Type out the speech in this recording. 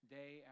day